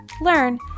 learn